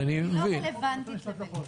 היא לא רלבנטית לזה.